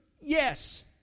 Yes